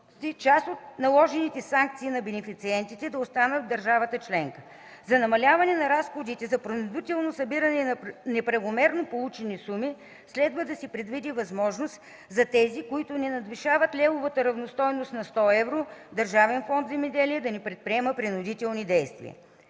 част от наложените санкции на бенефициентите да останат в държавата членка. За намаляване на разходите за принудително събиране на неправомерно получени суми, следва да се предвиди възможност за тези, които не надвишават левовата равностойност на 100 евро, Държавен фонд „Земеделие” да не предприема принудителни действия.